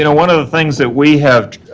and one of the things that we have